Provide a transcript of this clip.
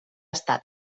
estat